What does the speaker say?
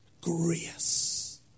grace